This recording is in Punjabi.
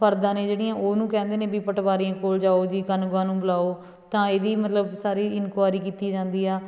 ਫਰਦਾਂ ਨੇ ਜਿਹੜੀਆਂ ਉਹਨੂੰ ਕਹਿੰਦੇ ਨੇ ਵੀ ਪਟਵਾਰੀਆਂ ਕੋਲ ਜਾਓ ਜੀ ਕਾਨੂੰਗੋਆਂ ਨੂੰ ਬੁਲਾਓ ਤਾਂ ਇਹਦੀ ਮਤਲਬ ਸਾਰੀ ਇਨਕੁਆਇਰੀ ਕੀਤੀ ਜਾਂਦੀ ਆ